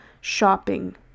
shopping